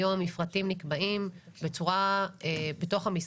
היום מפרטים נקבעים בתוך המשרדים,